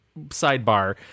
sidebar